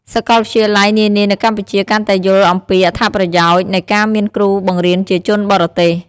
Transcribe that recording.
សាកលវិទ្យាល័យនានានៅកម្ពុជាកាន់តែយល់អំពីអត្ថប្រយោជន៍នៃការមានគ្រូបង្រៀនជាជនបរទេស។